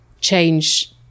change